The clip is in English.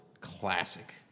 Classic